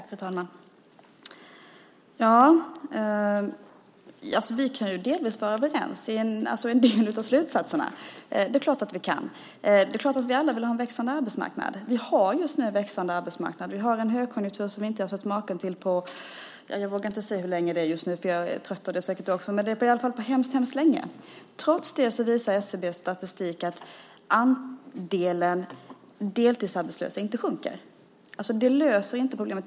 Fru talman! Vi kan delvis vara överens i en del av slutsatserna. Det är klart att vi kan det. Det är klart att vi alla vill ha en växande arbetsmarknad. Vi har just nu en växande arbetsmarknad. Vi har en högkonjunktur som vi inte har sett maken till på hemskt, hemskt länge. Jag vågar inte säga hur länge, för jag är trött, och det är säkert du också. Trots det visar SCB:s statistik att andelen deltidsarbetslösa inte sjunker. Detta löser alltså inte problemet.